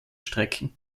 strecken